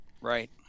Right